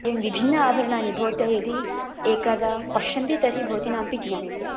एवं विभिन्न आभरणानि भवत्यः यदि एकधा पश्यन्ति तर्हि भवतीनामपि ज्ञायते